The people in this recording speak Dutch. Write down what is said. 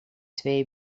twee